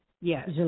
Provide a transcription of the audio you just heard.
Yes